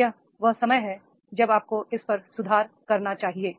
यह वह समय है जब आपको इस पर सुधार करना चाहिए